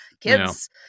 Kids